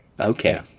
Okay